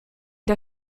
der